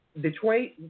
Detroit